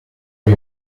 più